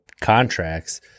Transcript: contracts